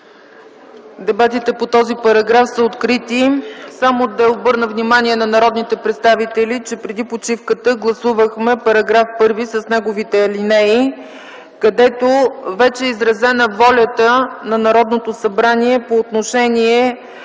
Дебатите по този параграф са открити. Само да обърна внимание на народните представители, че преди почивката гласувахме § 1 с неговите алинеи, където вече е изразена волята на Народното събрание по отношение